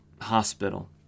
hospital